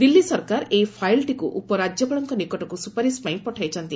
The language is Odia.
ଦିଲ୍ଲୀ ସରକାର ଏହି ଫାଇଲଟିକୁ ଉପରାଜ୍ୟପାଳଙ୍କ ନିକଟକୁ ସୁପାରିଶ ପାଇଁ ପଠାଇଛନ୍ତି